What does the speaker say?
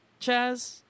Chaz